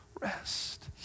rest